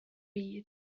byd